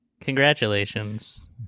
Congratulations